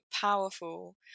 powerful